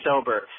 sober